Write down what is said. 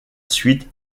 suite